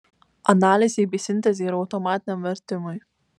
analizei bei sintezei ir automatiniam vertimui